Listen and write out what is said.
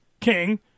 King